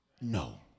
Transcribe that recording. no